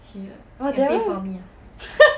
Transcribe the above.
oh darryl